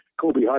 Kobe